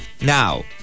Now